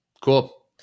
cool